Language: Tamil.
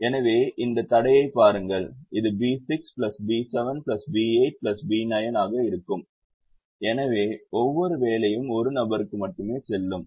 எனவே இந்த தடையை பாருங்கள் இது B6 B7 B8 B9 ஆக இருக்கும் எனவே ஒவ்வொரு வேலையும் ஒரு நபருக்கு மட்டுமே செல்லும்